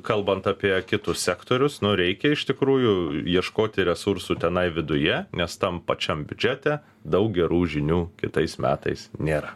kalbant apie kitus sektorius nu reikia iš tikrųjų ieškoti resursų tenai viduje nes tam pačiam biudžete daug gerų žinių kitais metais nėra